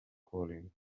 cooling